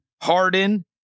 Harden